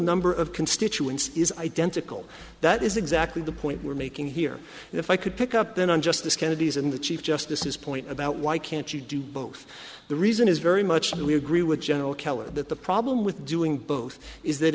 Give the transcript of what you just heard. number of constituents is identical that is exactly the point we're making here and if i could pick up then on justice kennedy's in the chief justice is point about why can't you do both the reason is very much and we agree with general kelly that the problem with doing both is that